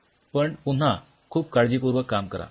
पण पुन्हा खूप काळजीपूर्वक काम करा